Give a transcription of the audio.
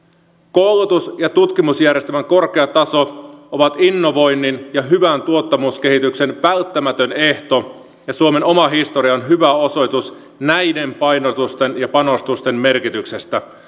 koulutus ja tutkimusjärjestelmän korkea taso on innovoinnin ja hyvän tuottavuuskehityksen välttämätön ehto ja suomen oma historia on hyvä osoitus näiden painotusten ja panostusten merkityksestä